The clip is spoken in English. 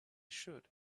should